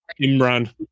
Imran